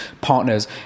partners